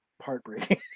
heartbreaking